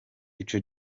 ico